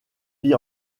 vit